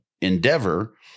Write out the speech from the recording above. endeavor